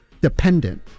dependent